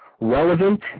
relevant